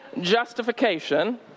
justification